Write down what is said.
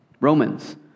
Romans